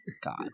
god